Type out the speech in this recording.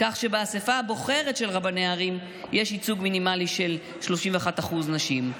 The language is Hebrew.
כך שבאספה הבוחרת של רבני ערים יש ייצוג מינימלי של 31% נשים.